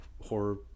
horror